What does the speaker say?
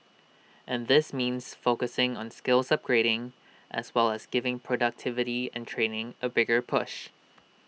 and this means focusing on skills upgrading as well as giving productivity and training A bigger push